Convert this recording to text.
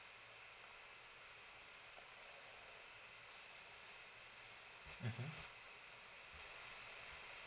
mmhmm